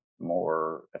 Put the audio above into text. more